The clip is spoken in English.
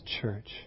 church